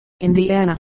Indiana